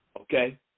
okay